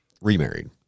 remarried